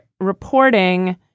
reporting